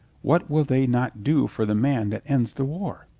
what will they not do for the man that ends the war?